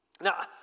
Now